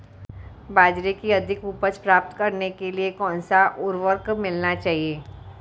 बाजरे की अधिक उपज प्राप्त करने के लिए कौनसा उर्वरक मिलाना चाहिए?